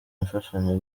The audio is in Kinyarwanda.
imfashanyo